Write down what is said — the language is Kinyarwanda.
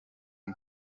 ine